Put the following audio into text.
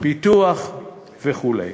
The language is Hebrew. פיתוח וכו'.